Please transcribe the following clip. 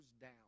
down